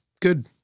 good